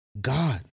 God